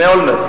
מאולמרט.